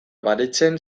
baretzen